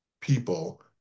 people